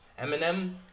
Eminem